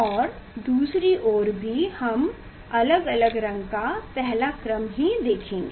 और दूसरी ओर भी हम अलग अलग रंग का पहला क्रम देखेंगे